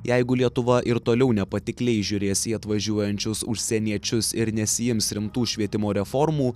jeigu lietuva ir toliau nepatikliai žiūrės į atvažiuojančius užsieniečius ir nesiims rimtų švietimo reformų